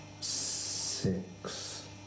six